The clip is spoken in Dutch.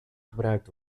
gebruikt